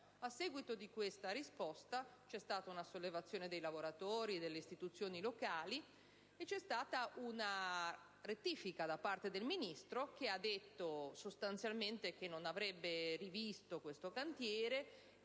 A seguito di questa risposta c'è stata una sollevazione dei lavoratori e delle istituzioni locali, a cui è seguita una rettifica da parte del Ministro, che ha detto sostanzialmente che la situazione di tale cantiere